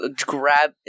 Grab